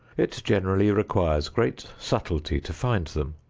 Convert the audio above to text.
it generally requires great subtlety to find them,